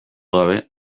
gabe